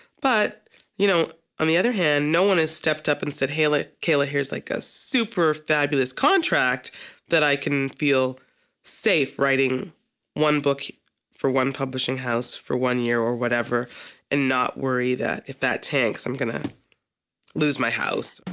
but you know on the other hand no one has stepped up and said kayla kayla here's like a super fabulous contract that i can feel safe writing one book for one publishing house for one year or whatever and not worry that if that tanks, i'm gonna lose my house.